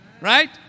Right